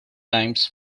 times